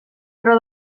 però